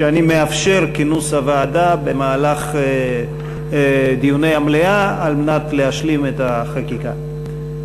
שאני מאפשר כינוס הוועדה במהלך דיוני המליאה על מנת להשלים את החקיקה.